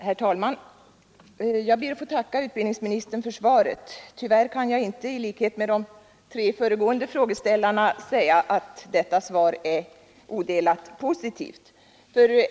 Herr talman! Jag ber att få tacka utbildningsministern för svaret. Tyvärr kan jag inte i likhet med de tre föregående frågeställarna säga att svaret är odelat positivt.